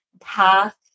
path